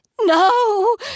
No